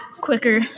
quicker